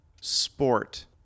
sport